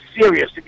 serious